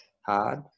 hard